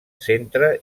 centre